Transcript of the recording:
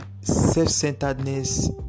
self-centeredness